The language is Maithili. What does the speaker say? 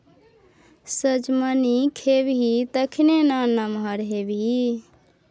सजमनि खेबही तखने ना नमहर हेबही